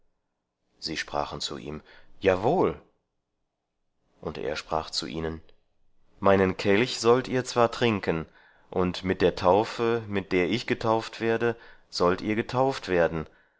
sie sprachen zu ihm jawohl und er sprach zu ihnen meinen kelch sollt ihr zwar trinken und mit der taufe mit der ich getauft werde sollt ihr getauft werden